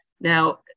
Now